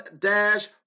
Dash